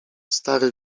stary